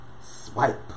Swipe